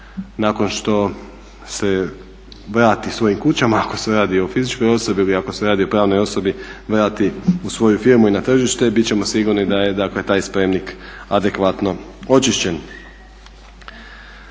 nakon što se vrati svojim kućama, ako se radi o fizičkoj osobi ili ako se radi o pravnoj osobi vrati u svoju firmu i na tržište bit ćemo sigurni da je taj spremnik adekvatno očišćen.